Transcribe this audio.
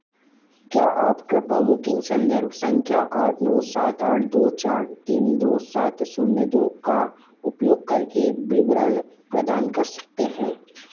क्या आप कृपया बुकिंग संदर्भ संख्या आठ नौ सात आठ दो चार तीन दो सात शून्य दो का उपयोग करके विवरण प्रदान कर सकते हैं